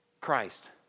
Christ